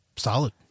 Solid